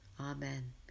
Amen